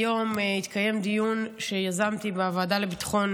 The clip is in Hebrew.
היום התקיים דיון שיזמתי בוועדה לביטחון